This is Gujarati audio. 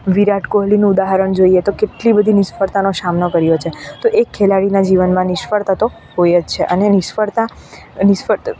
વિરાટ કોહલીનું ઉદાહરણ જોઈએ તો કેટલી બધી નિષ્ફળતાનો સામનો કર્યો છે તો એક ખેલાડીનાં જીવનમાં નિષ્ફળતા તો હોય જ છે અને નિષ્ફળતા એ